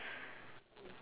grey roof and then brown